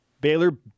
Baylor